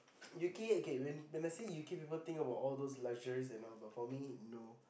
you key okay when when I say you key the whole thing about all those luxuries but for me no